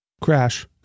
Crash